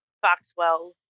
Foxwell